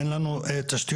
אין לנו תשתיות,